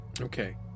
Okay